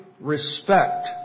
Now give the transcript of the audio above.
respect